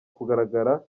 kugaragara